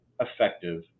effective